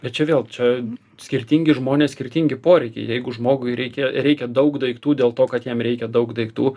bet čia vėl čia skirtingi žmonės skirtingi poreikiai jeigu žmogui reikia reikia daug daiktų dėl to kad jam reikia daug daiktų